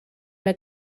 mae